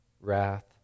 wrath